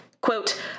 quote